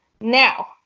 now